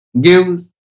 gives